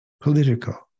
political